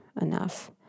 enough